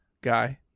guy